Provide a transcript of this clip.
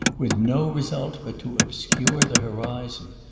with no result but to obscure the horizon!